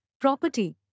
property